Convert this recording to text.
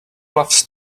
loves